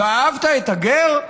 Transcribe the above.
"ואהבת את הגר"?